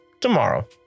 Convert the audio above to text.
tomorrow